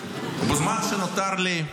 ובזמן שנותר לי,